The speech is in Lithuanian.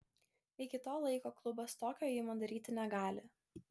iki to laiko klubas tokio ėjimo daryti negali